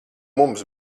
mums